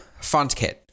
FontKit